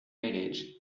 village